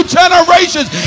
generations